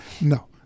no